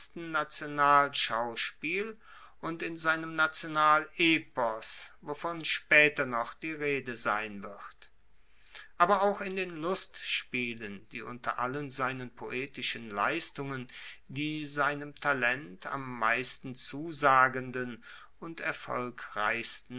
nationalschauspiel und in seinem nationalepos wovon spaeter noch die rede sein wird aber auch in den lustspielen die unter allen seinen poetischen leistungen die seinem talent am meisten zusagenden und erfolgreichsten